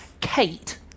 Kate